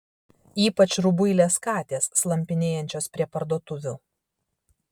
ypač rubuilės katės slampinėjančios prie parduotuvių